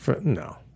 No